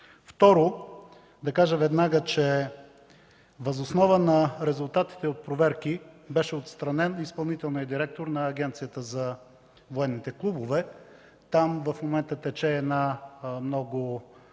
отбраната. Второ, въз основа на резултатите от проверки беше отстранен изпълнителният директор на Агенцията за военните клубове. Там в момента тече много разгърната